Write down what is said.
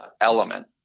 element